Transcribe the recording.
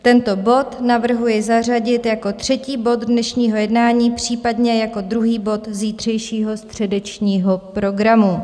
Tento bod navrhuji zařadit jako třetí bod dnešního jednání, případně jako druhý bod zítřejšího středečního programu.